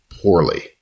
poorly